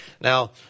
Now